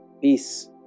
peace